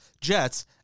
Jets